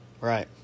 Right